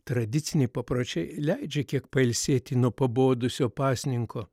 tradiciniai papročiai leidžia kiek pailsėti nuo pabodusio pasninko